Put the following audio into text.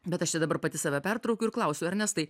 bet aš čia dabar pati save pertraukiu ir klausiu ernestai